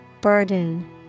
Burden